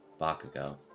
Bakugo